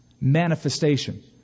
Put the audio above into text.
manifestation